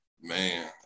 Man